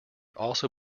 also